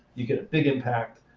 you get a big impact,